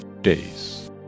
days